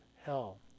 hell